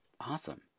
awesome